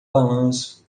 balanço